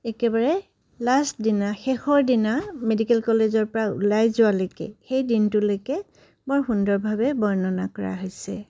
একেবাৰে লাষ্ট দিনা শেষৰ দিনা মেডিকেল কলেজৰ পৰা ওলাই যোৱা লৈকে সেই দিনটোলৈকে বৰ সুন্দৰভাৱে বৰ্ণনা কৰা হৈছে